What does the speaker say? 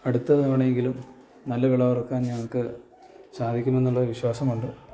അടുത്ത തവണയെങ്കിലും നല്ല വിളവ് ഇറക്കാൻ ഞങ്ങൾക്ക് സാധിക്കുമെന്ന് ഉള്ളൊരു വിശ്വാസം ഉണ്ട്